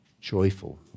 joyful